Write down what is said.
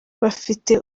bafite